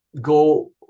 go